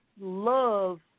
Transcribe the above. love